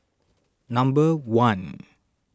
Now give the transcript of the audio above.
number one